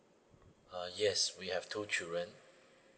uh yes we have two children